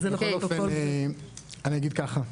בכל אופן אני אגיד כמה דברים.